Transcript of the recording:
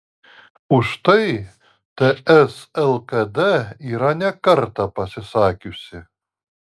už tai ts lkd yra ne kartą pasisakiusi